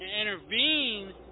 intervene